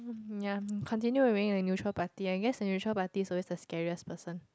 mm ya continue being the neutral party I guess the neutral party is always the scariest person